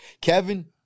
Kevin